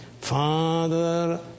Father